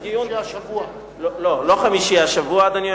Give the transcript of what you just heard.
הדיון, החמישי השבוע.